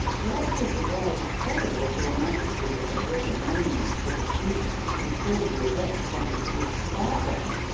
what would the world say if your majesty were to build a monument to the duke before you erect one for your father?